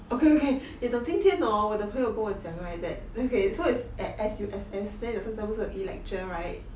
okay okay you don't 今天 hor 我的朋友跟我讲 right that okay so it's at S_U_S_S then 有时候是教 e-lecture right